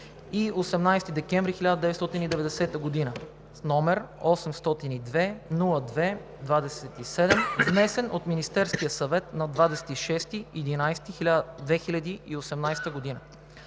и 18 декември 1990 г.), № 802-02-27, внесен от Министерския съвет на 26 ноември 2018 г.